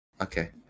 okay